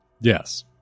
Yes